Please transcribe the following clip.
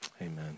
amen